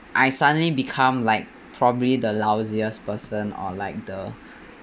I suddenly become like probably the lousiest person or like the